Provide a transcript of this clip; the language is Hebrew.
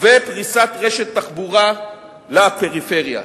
ופריסת רשת תחבורה לפריפריה.